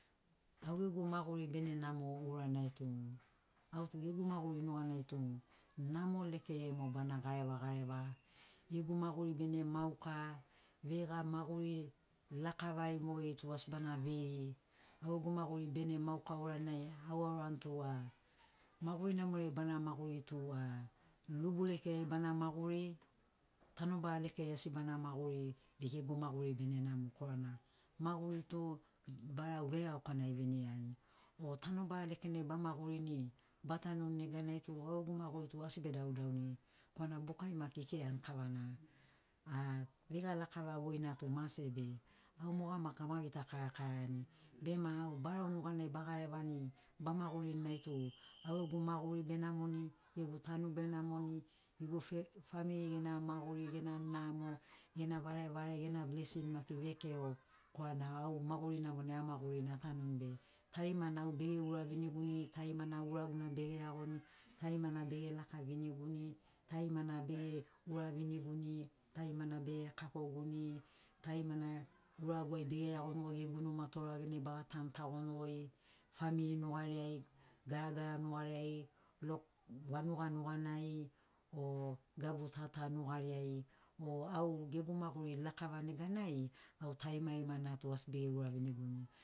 Au gegu maguri bene namo uranai tu autu gegu maguri nuganai tu namo lekeriai mo bana gareva gareva gegu maguri bene mauka veiga maguri lakavari mogeri tu asi bana vei au gegu maguri bene mauka uranai au aurani tu a maguri namori ai bana maguri tu a lubu lekeriai bana maguri tanobara lekeriai asi bana maguri be gegu maguri bene namo korana maguri tu barau veregauka na gevinirani o tanobara lekenai ba magurini ba tanuni neganai tu au gegu maguri tu asi be daudauni korana bukai maki ekirani kavana a veiga lakava voina tu mase be au moga maki ama gita karakariani bema au barau nuganai bagarevani bamagurinai tu au gegu maguri benamoni egu tanu benamonai gegu fe famili gena maguri gena namo gena varevare gena blesin maki vekeo korana au maguri namonai a magurini a tanuni be tarimana au bege ura viniguni tarimana au uraguna bege iagoni tarimana bege lakaviniguni tarimana bege ura viniguni tarimana bege vekafo viniguni tarimana uraguai bege iagoni gegu numa touragenai baga tanutagoni goi famiri nugariai garagara nugariai loc vanuga nuganai o gabu tata nugariai o au gegu maguri lakava neganai au tarimarima na au asi bege ura viniguni